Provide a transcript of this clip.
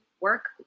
Work